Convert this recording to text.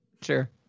sure